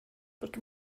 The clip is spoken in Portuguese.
porque